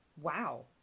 wow